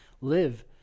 live